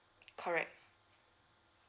correct